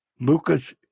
Lucas